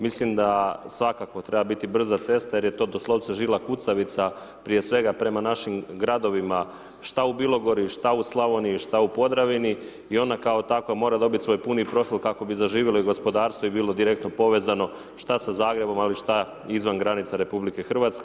Mislim da svakako treba biti brza cesta jer je to doslovce žila kucavica, prije svega, prema našim gradovima, šta u Bilogori, šta u Slavoniji, šta u Podravini, i ona kao takva mora dobiti svoj puni profil kako bi zaživili gospodarstvo i bilo direktno povezano, šta sa Zagrebom, ali šta izvan granica RH.